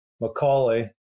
Macaulay